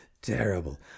Terrible